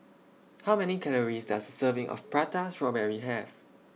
How Many Calories Does A Serving of Prata Strawberry Have